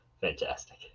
Fantastic